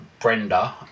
Brenda